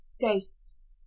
ghosts